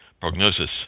Prognosis